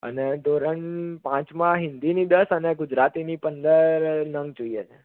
અને ધોરણ પાંચમાં હિન્દીની દસ અને ગુજરાતીની પંદર નંગ જોઈએ છે